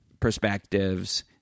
Perspectives